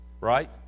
right